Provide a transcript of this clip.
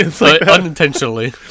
Unintentionally